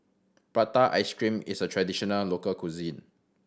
prata ice cream is a traditional local cuisine